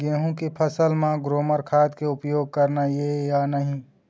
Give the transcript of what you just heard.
गेहूं के फसल म ग्रोमर खाद के उपयोग करना ये या नहीं?